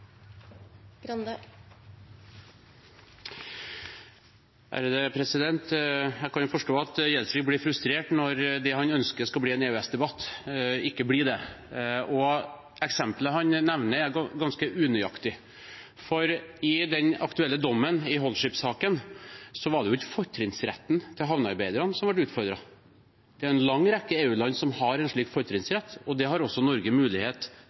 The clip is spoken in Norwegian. Jeg kan jo forstå at Gjelsvik blir frustrert, når det han ønsker skal bli en EØS-debatt, ikke blir det. Og eksempelet han nevner, er ganske unøyaktig, for i den aktuelle dommen i Holship-saken var det ikke fortrinnsretten til havnearbeiderne som ble utfordret. En lang rekke EU-land har en slik fortrinnsrett, og det har også Norge mulighet